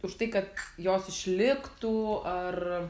už tai kad jos išliktų ar